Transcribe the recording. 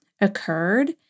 occurred